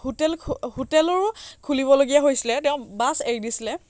hotel হোটেলো খুলিবলগীয়া হৈছিলে তেওঁ বাছ এৰি দিছিলে